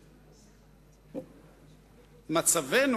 מצבנו,